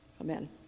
Amen